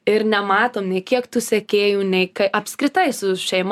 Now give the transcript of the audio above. ir nematom nei kiek tų sekėjų nei apskritai su šeima